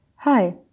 Hi